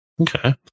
Okay